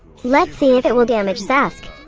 let's see if it will damage zhask.